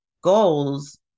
goals